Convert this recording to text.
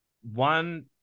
One